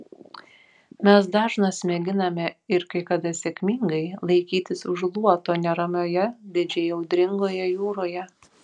mes dažnas mėginame ir kai kada sėkmingai laikytis už luoto neramioje didžiai audringoje jūroje